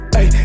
Hey